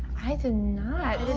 i did not.